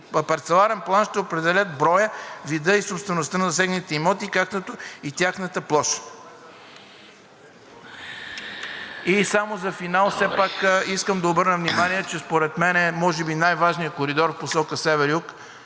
парцеларен план, ще определят броя, вида и собствеността на засегнатите имоти, както и тяхната площ. Само за финал все пак искам да обърна внимание, че според мен може би най-важният коридор в посока север